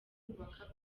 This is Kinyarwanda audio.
kubaka